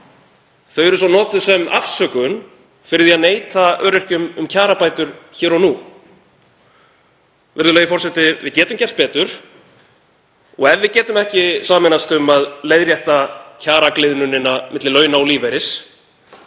eru svo notuð sem afsökun fyrir því að neita öryrkjum um kjarabætur hér og nú. Virðulegi forseti. Við getum gert betur. Ef við getum ekki sameinast um að leiðrétta kjaragliðnun milli launa og lífeyris,